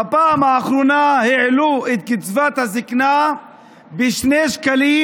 בפעם האחרונה העלו את קצבת הזקנה ב-2 שקלים,